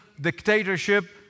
dictatorship